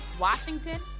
Washington